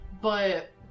but-